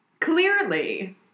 clearly